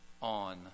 on